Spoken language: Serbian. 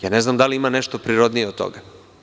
Ja ne znam da li ima nešto prirodnije od toga?